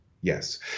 Yes